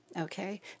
okay